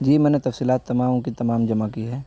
جی میں نے تفصیلات تمام کی تمام جمع کی ہے